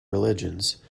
religions